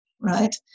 Right